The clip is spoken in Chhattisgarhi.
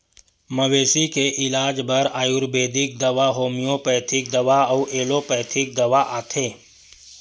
मवेशी के इलाज बर आयुरबेदिक दवा, होम्योपैथिक दवा अउ एलोपैथिक दवा आथे